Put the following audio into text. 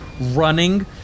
running